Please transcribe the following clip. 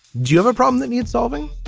you have a problem that needs solving.